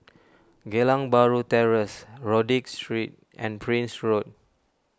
Geylang Bahru Terrace Rodyk Street and Prince Road